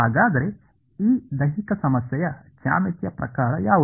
ಹಾಗಾದರೆ ಈ ದೈಹಿಕ ಸಮಸ್ಯೆಯ ಜ್ಯಾಮಿತಿಯ ಪ್ರಕಾರ ಯಾವುದು